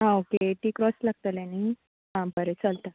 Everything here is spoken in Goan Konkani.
आं ओके एटी क्रोस लागतले न्ही आं बरें चलता